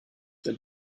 that